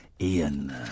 Ian